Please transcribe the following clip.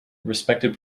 respected